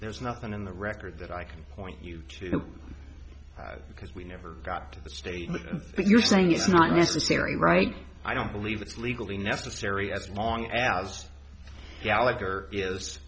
there's nothing in the record that i can point you to because we never got the statement but you're saying it's not necessary right i don't believe it's legally necessary as long as gallagher is